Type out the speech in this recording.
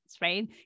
right